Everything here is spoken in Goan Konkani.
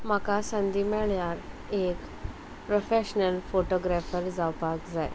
म्हाका संदी मेळ्यार एक प्रोफेशनल फोटोग्राफर जावपाक जाय